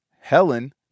Helen